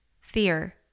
fear